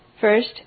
First